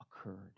occurred